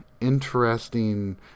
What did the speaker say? interesting